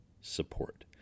support